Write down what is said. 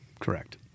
Correct